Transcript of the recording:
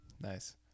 Nice